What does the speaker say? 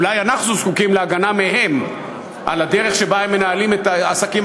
אולי אנחנו זקוקים להגנה מהם על הדרך שבה הם מנהלים את העסקים